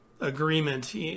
agreement